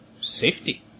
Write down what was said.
Safety